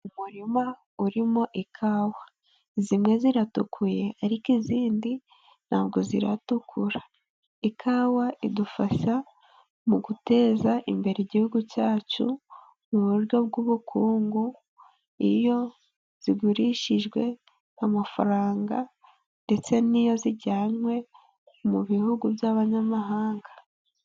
Umurima urimo ikawa, zimwe ziratukuye ariko izindi ntabwo ziratukura, ikawa idufasha mu guteza imbere Igihugu cyacu mu buryo bw'ubukungu, iyo zigurishijwe amafaranga ndetse n'iyo zijyanywe mu bihugu by'abanyamahanga.